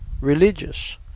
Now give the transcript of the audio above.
religious